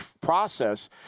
process